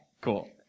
Cool